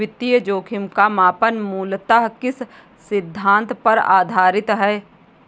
वित्तीय जोखिम का मापन मूलतः किस सिद्धांत पर आधारित है?